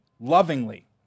lovingly